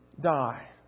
die